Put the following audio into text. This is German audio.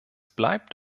bleibt